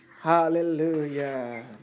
Hallelujah